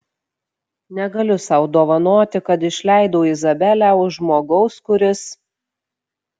negaliu sau dovanoti kad išleidau izabelę už žmogaus kuris